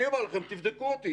אני אומר לכם תבדקו אותי.